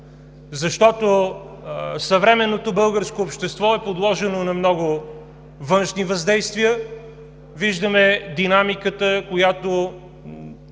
защото съвременното българско общество е подложено на много външни въздействия. Виждаме динамиката, която